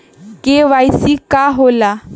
KYC का होला?